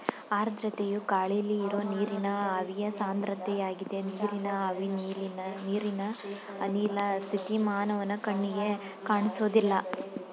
ಆರ್ದ್ರತೆಯು ಗಾಳಿಲಿ ಇರೋ ನೀರಿನ ಆವಿಯ ಸಾಂದ್ರತೆಯಾಗಿದೆ ನೀರಿನ ಆವಿ ನೀರಿನ ಅನಿಲ ಸ್ಥಿತಿ ಮಾನವನ ಕಣ್ಣಿಗೆ ಕಾಣ್ಸೋದಿಲ್ಲ